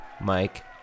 Mike